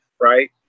right